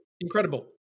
Incredible